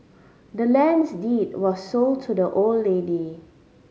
the land's deed was sold to the old lady